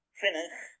finish